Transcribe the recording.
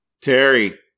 Terry